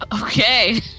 Okay